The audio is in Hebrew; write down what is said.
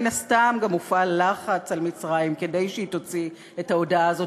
מן הסתם גם הופעל לחץ על מצרים כדי שהיא תוציא את ההודעה הזאת,